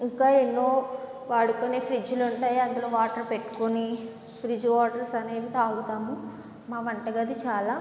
ఇంకా ఎన్నో వాడుకునే ఫ్రిజ్లు ఉంటాయి అందులో వాటర్ పెట్టుకుని ఫ్రిజ్ వాటర్స్ అనేవి తాగుతాము మా వంటగది చాలా